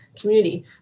community